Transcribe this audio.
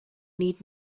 need